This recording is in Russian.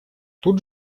тут